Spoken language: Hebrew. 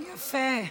יפה.